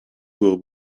will